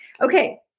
Okay